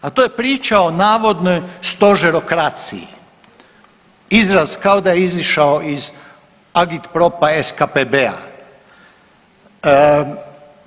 A to je priča o navodnoj stožerokraciji, izraz kao da je izišao iz agitpropa SKPB-a.